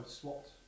swapped